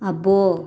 అబ్బో